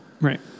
right